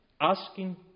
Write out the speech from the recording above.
asking